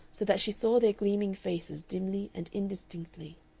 so that she saw their gleaming faces dimly and indistinctly.